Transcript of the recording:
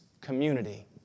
community